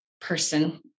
person